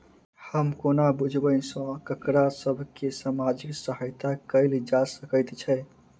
हम कोना बुझबै सँ ककरा सभ केँ सामाजिक सहायता कैल जा सकैत छै?